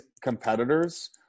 competitors